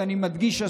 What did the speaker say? ואני מדגיש,